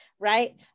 right